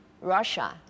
Russia